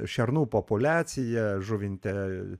šernų populiacija žuvinte